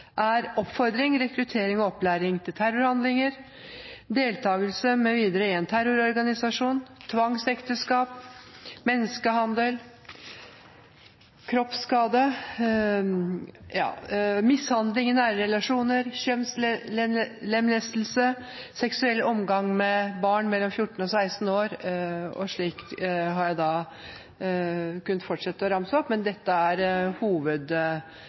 er: oppfordring, rekruttering og opplæring til terrorhandlinger deltakelse mv. i en terrororganisasjon tvangsekteskap menneskehandel kroppsskade mishandling i nære relasjoner kjønnslemlestelse seksuell omgang med barn mellom 14 og 16 år Slik kunne jeg fortsette å ramse opp – men dette er